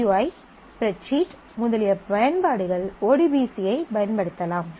GUI spreadsheet முதலிய பயன்பாடுகள் ODBC ஐ பயன்படுத்தலாம்